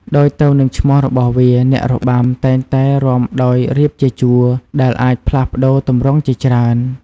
ដូចទៅនឹងឈ្មោះរបស់វា អ្នករបាំតែងតែរាំដោយរៀបជាជួរ ដែលអាចផ្លាស់ប្តូរទម្រង់ជាច្រើន។